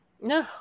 No